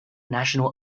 national